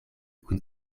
kun